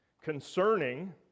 concerning